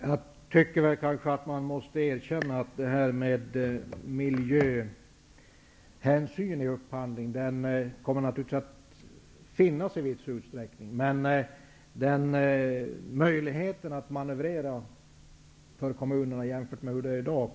Herr talman! Man måste kanske erkänna att detta med miljöhänsyn i upphandlingen naturligtvis kommer att finnas i viss utsträckning. Men möjligheten för kommunerna att manövrera kommer att minska, jämfört med hur det är i dag.